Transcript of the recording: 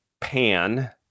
Pan